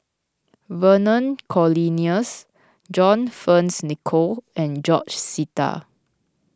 Vernon Cornelius John Fearns Nicoll and George Sita